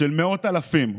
של מאות אלפים,